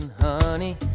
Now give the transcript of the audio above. honey